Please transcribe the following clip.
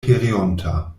pereonta